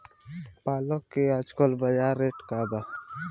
पालक के आजकल बजार रेट का बा?